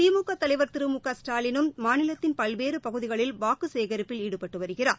திமுக தலைவர் திரு மு க ஸ்டாலினும் மாநிலத்தின் பல்வேறு பகுதிகளில் வாக்கு சேகிப்பில் ஈடுபட்டு வருகிறார்